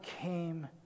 came